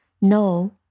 No